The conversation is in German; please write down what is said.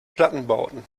plattenbauten